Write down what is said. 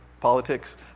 politics